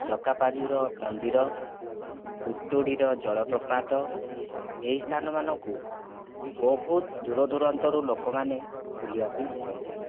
ଚକାପାଯୁର ମନ୍ଦିର ପୁତୁଡ଼ିର ଜଳପ୍ରପାତ ଏହି ସ୍ଥାନ ମାନଙ୍କୁ ବହୁତ ଦୂରଦୂରାନ୍ତରୁ ଲୋକମାନେ ବୁଲିବାପାଇଁ ଆସନ୍ତି